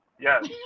yes